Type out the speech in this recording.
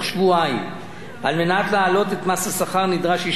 על מנת להעלות את מס השכר נדרש אישור המליאה על-פי הנוהג.